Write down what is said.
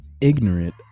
ignorant